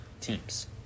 teams